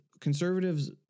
Conservatives